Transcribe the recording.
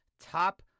Top